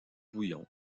bouillon